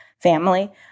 family